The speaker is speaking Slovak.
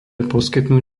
poskytnúť